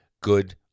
good